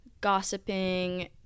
gossiping